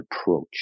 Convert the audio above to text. approach